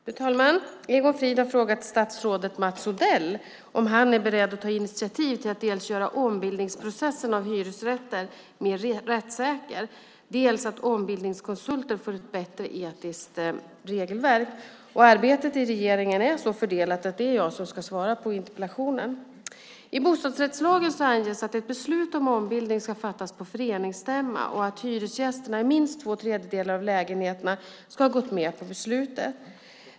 Herr talman! Egon Frid har frågat statsrådet Mats Odell om han är beredd att ta initiativ till dels att göra ombildningsprocessen av hyresrätter mer rättssäker, dels att ombildningskonsulter får ett bättre etiskt regelverk. Arbetet inom regeringen är så fördelat att det är jag som ska svara på interpellationen. I bostadsrättslagen anges att ett beslut om ombildning ska fattas på föreningsstämma samt att hyresgästerna i minst två tredjedelar av lägenheterna ska ha gått med på beslutet.